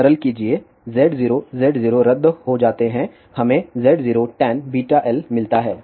सरल कीजिए Z0 Z0 रद्द हो जाते है हमें Z0 tan⁡βl मिलता है